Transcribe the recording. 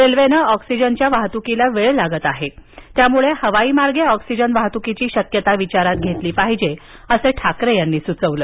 रेल्वेनं ऑक्सीजनच्या वाहतूकीला वेळ लागत आहे त्यामुळे हवाई मार्गे ऑक्सीजन वाहतूकीची शक्यता विचारात घेतली पाहिजे असं ठाकरे यांनी सुचवलं